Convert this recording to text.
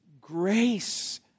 grace